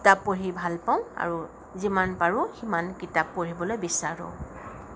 কিতাপ পঢ়ি ভাল পাওঁ আৰু যিমান পাৰোঁ সিমান কিতাপ পঢ়িবলৈ বিচাৰোঁ